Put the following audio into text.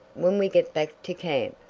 when we get back to camp.